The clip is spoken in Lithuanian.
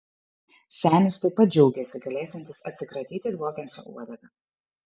senis taip pat džiaugėsi galėsiantis atsikratyti dvokiančia uodega